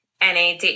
nad